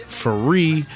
free